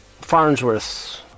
Farnsworth